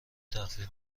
تخفیف